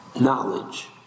knowledge